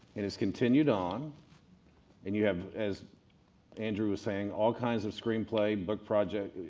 and it's continued on and you have as andrew was saying all kinds of screenplay, book projects.